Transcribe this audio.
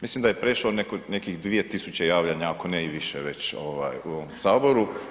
Mislim da je prešao nekih 2.000 javljanja, ako ne i više već ovaj u ovom saboru.